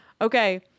Okay